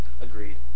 Agreed